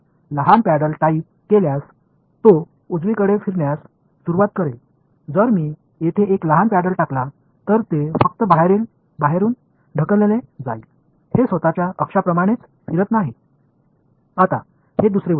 அதைக் காட்சிப்படுத்துவதற்கான மற்றொரு வழி என்னவென்றால் நான் ஒரு சிறிய துடுப்பை இங்கே வைத்தால் அது சரியாகச் சுழலத் தொடங்கும் நான் இங்கே ஒரு சிறிய துடுப்பை வைத்தால் அது அதன் சொந்த அச்சைப் பற்றி சுழலாது வெளிப்புறமாகத் தள்ளப்படும்